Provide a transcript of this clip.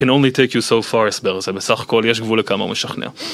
בסך הכל יש גבול כמה משכנע.